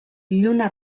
lluna